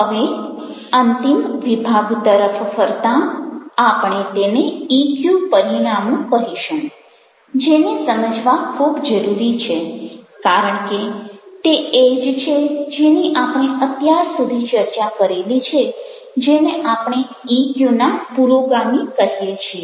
હવે અંતિમ વિભાગ તરફ ફરતાં આપણે તેને ઇક્યુ પરિણામો કહીશું જેને સમજવા ખૂબ જરૂરી છે કારણ કે તે એ જ છે જેની આપણે અત્યાર સુધી ચર્ચા કરી છે જેને આપણે ઇક્યુના પુરોગામી કહીએ છીએ